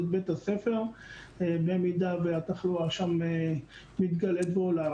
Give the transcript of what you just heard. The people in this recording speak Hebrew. ואת בית הספר במידה והתחלואה שם מתגלית ועולה.